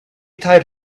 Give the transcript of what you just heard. tied